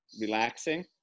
relaxing